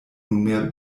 nunmehr